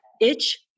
itch